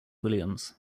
williams